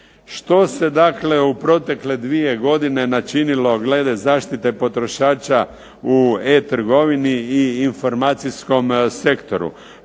Što se dakle u protekle dvije godine načinilo glede zaštite potrošača u e-trgovini i informacijskom sektoru,